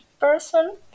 person